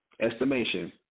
estimation